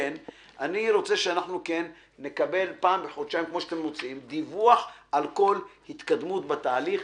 אני מבקש שנקבל פעם בחודשיים דיווח על כל ההתקדמות בתהליך,